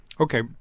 Okay